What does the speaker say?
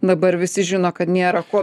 dabar visi žino kad nėra ko